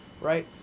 right